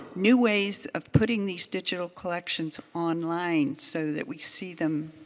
new ways of putting these digital collections online so that we see them?